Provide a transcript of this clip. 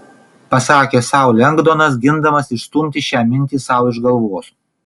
pasakė sau lengdonas gindamas išstumti šią mintį sau iš galvos